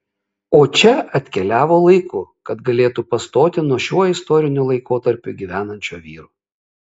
o čia atkeliavo laiku kad galėtų pastoti nuo šiuo istoriniu laikotarpiu gyvenančio vyro